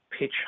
pitch